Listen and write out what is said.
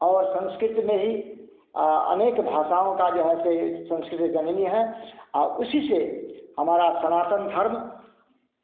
और संस्कृत में ही अनेक भाषाओं का जो है से संस्कृत जननी है आ उसी से हमारा सनातन धर्म